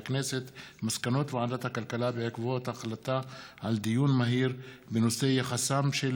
מסקנות ועדת הכלכלה בעקבות דיון מהיר בהצעתה של